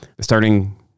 starting